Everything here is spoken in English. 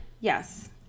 yes